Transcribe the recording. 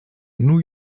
new